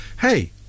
Hey